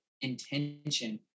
intention